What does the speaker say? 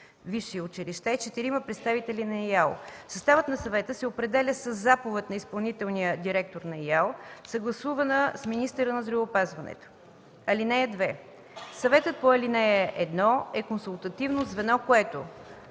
висши училища и четирима представители на ИАЛ. Съставът на съвета се определя със заповед на изпълнителния директор на ИАЛ, съгласувана с министъра на здравеопазването. (2) Съветът по ал. 1 е консултативно звено, което: